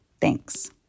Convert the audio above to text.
Thanks